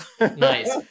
Nice